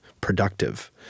productive